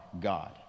God